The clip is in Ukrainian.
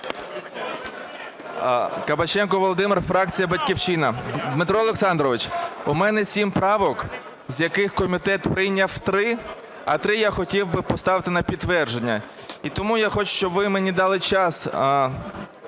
Кабаченко Володимир, фракція "Батьківщина". Дмитро Олександрович, у мене сім правок, з яких комітет прийняв три, а три я хотів би поставити на підтвердження. І тому я хочу, щоб ви мені дали час